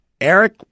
Eric